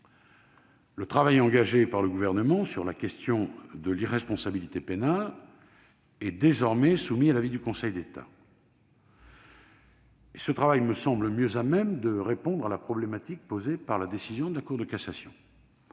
le travail engagé par le Gouvernement sur la question de l'irresponsabilité pénale, désormais soumis à l'avis du Conseil d'État, me semble mieux à même de répondre à la problématique posée par la décision de la Cour de cassation.